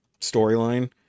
storyline